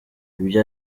ibyo